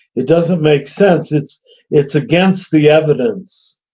it doesn't make sense. it's it's against the evidence.